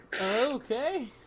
Okay